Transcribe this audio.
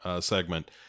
segment